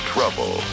Trouble